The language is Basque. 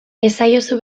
esaiozu